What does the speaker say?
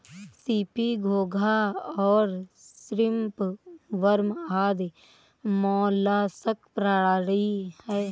CP, घोंगा और shrimp worm आदि मौलास्क प्राणी हैं